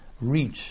reach